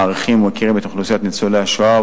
מעריכים ומוקירים את אוכלוסיית ניצולי השואה,